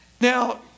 Now